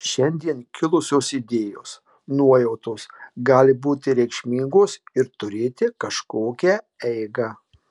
šiandien kilusios idėjos nuojautos gali būti reikšmingos ir turėti kažkokią eigą